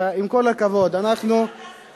היושב-ראש, עם כל הכבוד, אנחנו,